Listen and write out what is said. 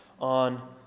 on